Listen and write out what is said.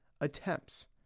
attempts